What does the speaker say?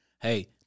hey